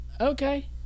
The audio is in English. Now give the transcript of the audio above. Okay